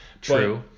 True